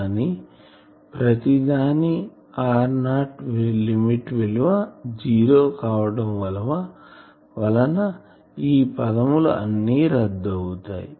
కానీ ప్రతిదాని r0 limit విలువ జీరో కావడం తో ఈ పదములు అన్ని రద్దు అవుతాయి